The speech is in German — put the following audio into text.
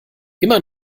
immer